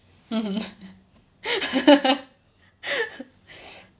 mmhmm